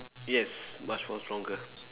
yes must work longer